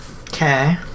okay